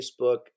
Facebook